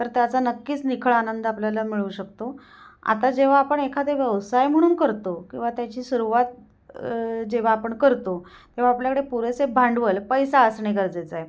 तर त्याचा नक्कीच निखळ आनंद आपल्याला मिळू शकतो आता जेव्हा आपण एखादे व्यवसाय म्हणून करतो किंवा त्याची सुरुवात जेव्हा आपण करतो तेव्हा आपल्याकडे पुरेसे भांडवल पैसा असणे गरजेचं आहे